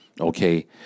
Okay